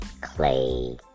Clay